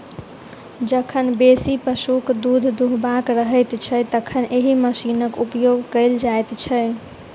जखन बेसी पशुक दूध दूहबाक रहैत छै, तखन एहि मशीनक उपयोग कयल जाइत छै